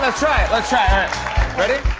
but try it, let's try but it.